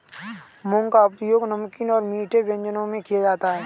मूंग का उपयोग नमकीन और मीठे व्यंजनों में किया जाता है